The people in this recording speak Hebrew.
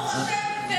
ברוך השם,